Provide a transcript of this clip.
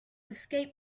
escape